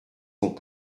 sont